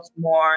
more